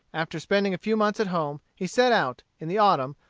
after spending a few months at home, he set out, in the autumn,